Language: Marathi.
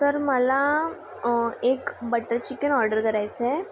तर मला एक बटर चिकन ऑर्डर करायचं आहे